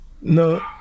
No